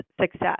success